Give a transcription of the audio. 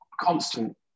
constant